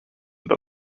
that